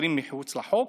מעצרים מחוץ לחוק,